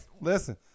Listen